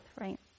right